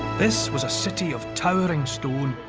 this was a city of towering stone,